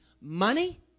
money